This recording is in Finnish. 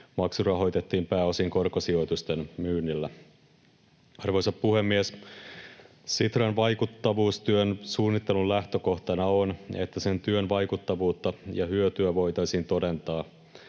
Maksu rahoitettiin pääosin korkosijoitusten myynnillä. Arvoisa puhemies! Sitran vaikuttavuustyön suunnittelun lähtökohtana on, että sen työn vaikuttavuutta ja hyötyjä voitaisiin todentaa.